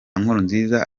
nkurunziza